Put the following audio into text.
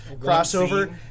crossover